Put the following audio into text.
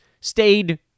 stayed